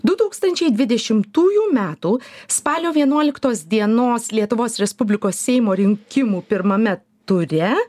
du tūkstančiai dvidešimtųjų metų spalio vienuoliktos dienos lietuvos respublikos seimo rinkimų pirmame ture